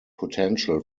potential